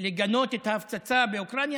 ולגנות את ההפצה באוקראינה?